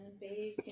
bacon